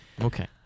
Okay